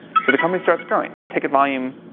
so the company starts growing and the ticket volume,